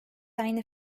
aynı